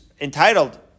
entitled